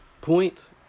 Points